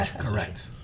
correct